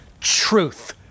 truth